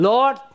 Lord